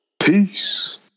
Peace